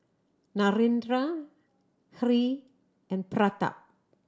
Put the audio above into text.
Narendra Hri and Pratap